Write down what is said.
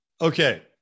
okay